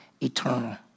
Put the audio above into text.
eternal